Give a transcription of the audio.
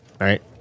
right